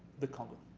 the congo.